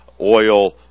oil